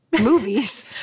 movies